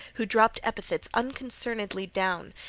who dropped epithets unconcernedly down,